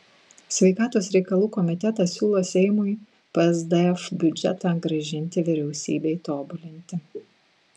sveikatos reikalų komitetas siūlo seimui psdf biudžetą grąžinti vyriausybei tobulinti